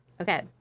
Okay